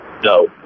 No